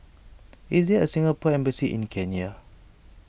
is there a Singapore Embassy in Kenya